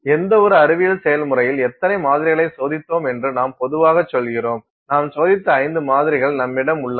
எந்தவொரு அறிவியல் செயல்முறையில் எத்தனை மாதிரிகளை சோதித்தோம் என்று நாம் பொதுவாகச் சொல்கிறோம் நாம் சோதித்த 5 மாதிரிகள் நம்மிடம் உள்ளதா